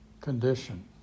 condition